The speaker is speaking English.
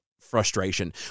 frustration